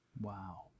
Wow